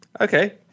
okay